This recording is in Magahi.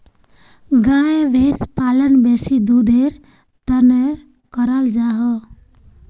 गाय भैंस पालन बेसी दुधेर तंर कराल जाहा